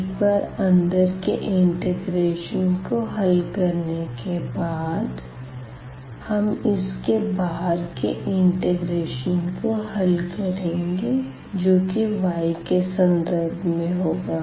एक बार अंदर के इंटिग्रेशन को हल करने के बाद हम इसके बाहर के इंटिग्रेशन को हल करेंगे जो कि y के संदर्भ में होगा